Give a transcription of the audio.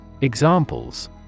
Examples